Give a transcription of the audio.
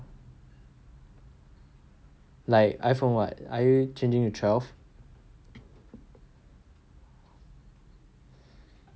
like iphone what are you changing to twelve